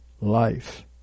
life